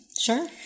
Sure